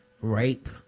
rape